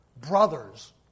Brothers